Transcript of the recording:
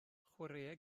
chwaraea